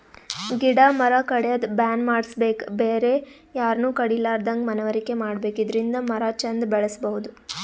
ಗಿಡ ಮರ ಕಡ್ಯದ್ ಬ್ಯಾನ್ ಮಾಡ್ಸಬೇಕ್ ಬೇರೆ ಯಾರನು ಕಡಿಲಾರದಂಗ್ ಮನವರಿಕೆ ಮಾಡ್ಬೇಕ್ ಇದರಿಂದ ಮರ ಚಂದ್ ಬೆಳಸಬಹುದ್